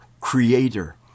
creator